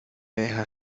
deja